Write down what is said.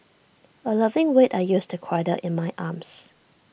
A loving weight I used to cradle in my arms